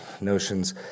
Notions